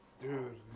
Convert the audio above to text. Dude